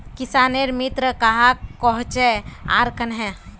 किसानेर मित्र कहाक कोहचे आर कन्हे?